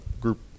group